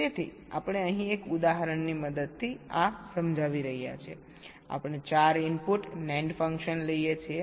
તેથી આપણે અહીં એક ઉદાહરણની મદદથી આ સમજાવી રહ્યા છીએઆપણે 4 ઇનપુટ NAND ફંક્શન લઈએ છીએ